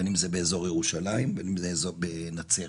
בין אם באזור ירושלים, בין אם באזור נצרת.